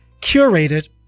curated